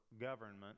government